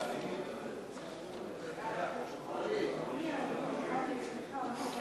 על הצעת חוק לתיקון פקודת העיריות (מס' 118)